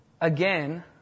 Again